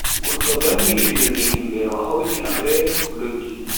Goddo vangini sirri himbe o hauti habre o doggi.